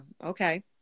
Okay